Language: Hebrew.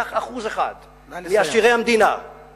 קח 1% מעשירי המדינה, נא לסיים.